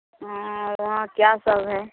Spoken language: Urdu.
وہاں کیا سب ہے